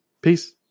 peace